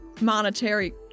monetary